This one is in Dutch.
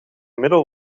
middel